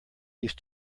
used